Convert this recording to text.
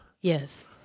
Yes